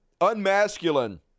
unmasculine